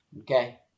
Okay